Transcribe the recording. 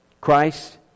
Christ